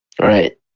Right